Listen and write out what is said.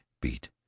beat